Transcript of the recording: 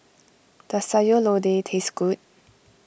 does Sayur Lodeh taste good